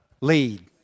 lead